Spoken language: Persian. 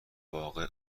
واقع